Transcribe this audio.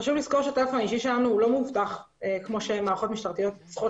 חשוב לזכור שהטלפון האישי שלנו לא מאובטח כמו שמערכות משטרתיות צריכות